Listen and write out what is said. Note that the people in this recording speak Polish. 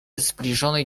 zbliżonej